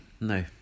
No